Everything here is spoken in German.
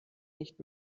nicht